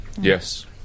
Yes